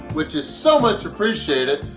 which is so much appreciated,